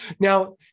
Now